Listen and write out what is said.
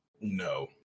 No